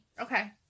Okay